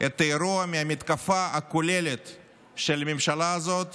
את האירוע מהמתקפה הכוללת של הממשלה הזאת